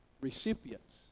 recipients